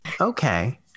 Okay